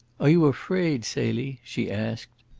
are you afraid, celie? she asked.